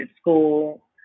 school